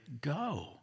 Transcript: go